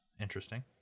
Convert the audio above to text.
Interesting